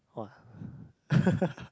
!wah!